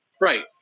Right